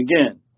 again